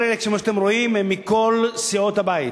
כל אלה, כמו שאתם רואים, הם מכל סיעות הבית.